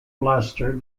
blaster